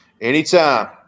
Anytime